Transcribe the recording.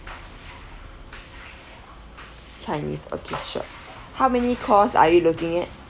chinese okay sure how many cost are you looking at